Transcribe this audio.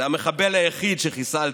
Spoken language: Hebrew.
זה המחבל היחיד שחיסלת.